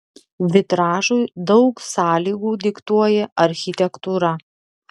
vitražui daug sąlygų diktuoja architektūra